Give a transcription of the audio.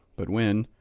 but when,